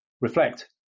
Reflect